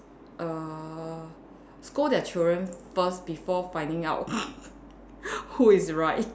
err scold their children first before finding out who is right